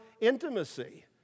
intimacy